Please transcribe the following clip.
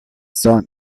son